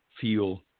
feel